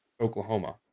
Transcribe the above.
Oklahoma